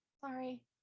sorry